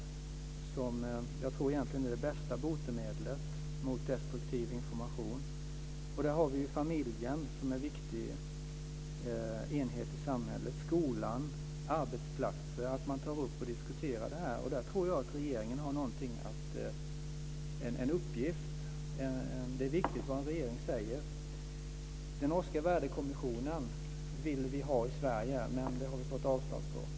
Egentligen tror jag att värderingar är det bästa botemedlet mot destruktiv information. Vi har familjen som en viktig enhet i samhället. Skolan och arbetsplatserna är andra ställen där man kan ta upp och diskutera detta. Jag tror att regeringen har en uppgift här. Det är viktigt vad en regering säger. Vi vill ha den norska värdekommissionen i Sverige, men det har vi fått avslag på.